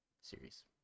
series